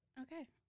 Okay